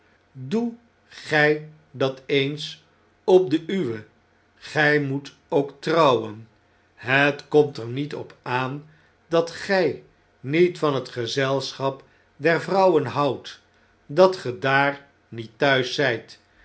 doe gij dat eens op de uwe gij moet ook trouwen het komt er niet op aan dat gg niet van het gezelschap der vrouwen houdt dat ge daar niet thuis